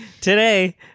today